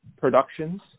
Productions